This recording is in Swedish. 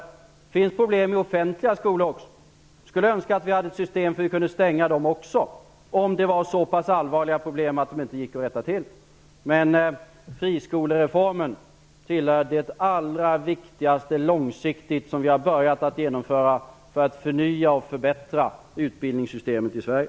Det finns problem i offentliga skolor också. Jag skulle önska att vi hade ett sådant system att vi kunde stänga dem också om problemen var så allvarliga att de inte gick att rätta till. Men friskolereformen tillhör de långsiktigt viktigaste reformer som vi har börjat genomföra för att förnya och förbättra utbildningssystemet i Sverige.